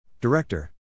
Director